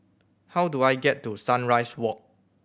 how do I get to Sunrise Walk